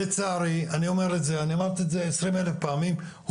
לצערי ואני אמרתי את זה עשרים אלף פעמים,